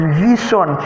vision